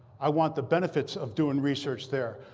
i want the benefits of doing research there.